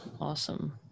Awesome